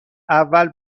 اول